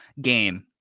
game